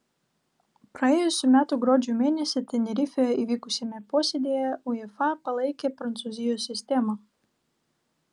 praėjusių metų gruodžio mėnesį tenerifėje įvykusiame posėdyje uefa palaikė prancūzijos sistemą